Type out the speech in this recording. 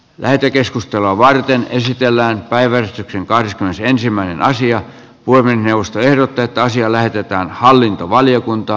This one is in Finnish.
lähetekeskustelua varten esitellään päiväys kahdeskymmenesensimmäinen asia voi puhemiesneuvosto ehdottaa että asia lähetetään hallintovaliokuntaan